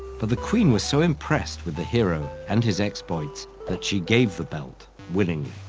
but the queen was so impressed with the hero and his exploits that she gave the belt willingly.